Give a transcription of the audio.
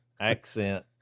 accent